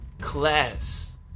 Class